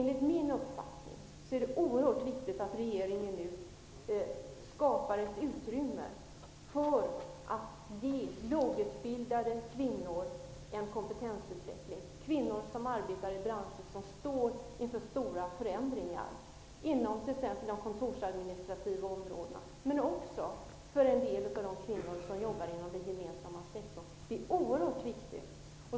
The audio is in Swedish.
Enligt min uppfattning är det oerhört viktigt att regeringen nu skapar ett utrymme för att ge lågutbildade kvinnor en kompetensutveckling, kvinnor som arbetar i branscher som står inför stora förändringar. Det gäller kvinnor inom de kontorsadministrativa områdena, men också en del av de kvinnor som jobbar inom den gemensamma sektorn. Det är oerhört viktigt.